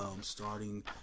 starting